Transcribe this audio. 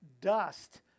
Dust